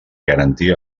garantir